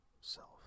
self